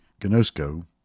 gnosko